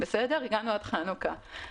הגענו עד חנוכה.